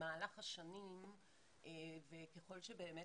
שבמהלך השנים וככל שבאמת